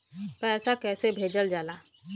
पैसा कैसे भेजल जाला?